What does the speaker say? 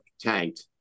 tanked